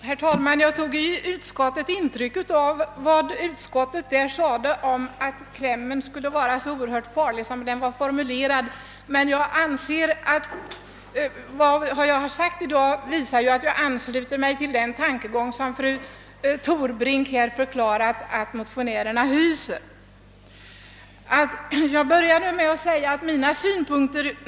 Herr talman! Jag tog i utskottet intryck av vad som sades att klämmen var oerhört farlig som den var formulerad. Vad jag sagt i dag visar att jag ansluter mig till den tankegång som fru Torbrink förklarat att motionärerna omfattar.